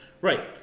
Right